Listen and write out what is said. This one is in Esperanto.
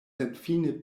senfine